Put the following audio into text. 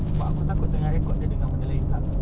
but aku takut tengah rekod terdengar benda lain pula